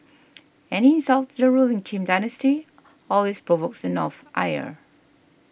any insult to the ruling Kim dynasty always provokes the North's ire